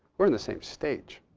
we're in the same stage,